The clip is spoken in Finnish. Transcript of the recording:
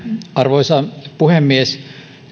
arvoisa puhemies